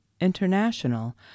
International